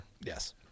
Yes